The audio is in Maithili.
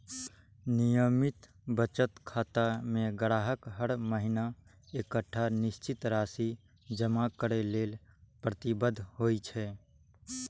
नियमित बचत खाता मे ग्राहक हर महीना एकटा निश्चित राशि जमा करै लेल प्रतिबद्ध होइ छै